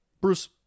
Bruce